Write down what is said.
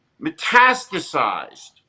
metastasized